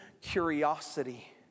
curiosity